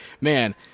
Man